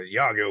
Yago